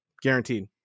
Guaranteed